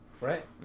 Right